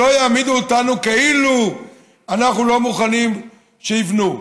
שלא יעמידו אותנו כאילו אנחנו לא מוכנים שיבנו.